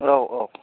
औ औ